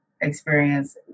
experience